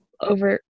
over